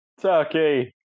Turkey